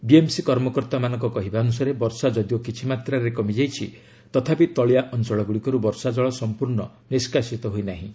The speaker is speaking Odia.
ବିଏମ୍ସି କର୍ମକର୍ତ୍ତାମାନଙ୍କ କହିବା ଅନ୍ତସାରେ ବର୍ଷା ଯଦିଓ କିଛିମାତ୍ରାରେ କମିଯାଇଛି ତଥାପି ତଳିଆ ଅଞ୍ଚଳଗ୍ରଡ଼ିକର୍ ବର୍ଷାଜଳ ସମ୍ପର୍ଣ୍ଣ ନିଷ୍କାସିତ ହୋଇ ନାହିଁ